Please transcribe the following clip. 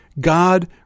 God